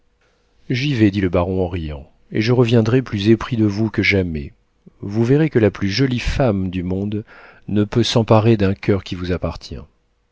j'y vais dit le baron en riant et je reviendrai plus épris de vous que jamais vous verrez que la plus jolie femme du monde ne peut s'emparer d'un coeur qui vous appartient